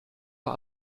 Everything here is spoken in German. war